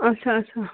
اَچھا اَچھا